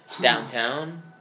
downtown